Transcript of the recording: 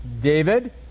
David